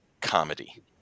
comedy